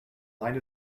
line